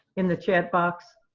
in the chat box?